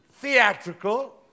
theatrical